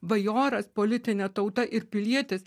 bajoras politinė tauta ir pilietis